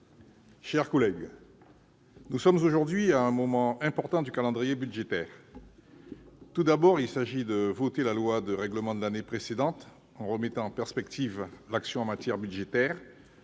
chers collègues, nous sommes aujourd'hui à un moment important du calendrier budgétaire. Il s'agit d'abord de voter la loi de règlement de l'année dernière, en mettant en perspective l'action en matière budgétaire,